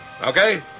okay